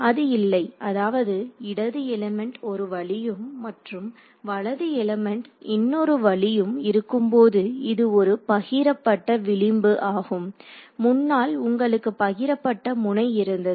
அது இல்லை அதாவது இடது எலிமெண்ட் ஒரு வழியும் மற்றும் வலது எலிமெண்ட் இன்னொரு வழியும் இருக்கும்போது இது ஒரு பகிரப்பட்ட விளிம்பு ஆகும் முன்னால் உங்களுக்கு பகிரப்பட்ட முனை இருந்தது